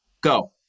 Go